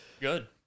Good